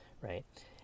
right